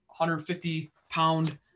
150-pound